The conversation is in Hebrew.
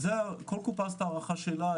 כל קופה עשתה הערכה שלה.